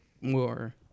more